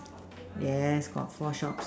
yes got four shops